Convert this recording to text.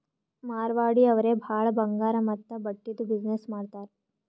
ಮಾರ್ವಾಡಿ ಅವ್ರೆ ಭಾಳ ಬಂಗಾರ್ ಮತ್ತ ಬಟ್ಟಿದು ಬಿಸಿನ್ನೆಸ್ ಮಾಡ್ತಾರ್